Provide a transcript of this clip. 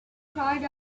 cried